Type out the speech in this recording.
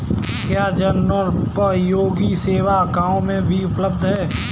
क्या जनोपयोगी सेवा गाँव में भी उपलब्ध है?